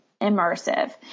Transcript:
immersive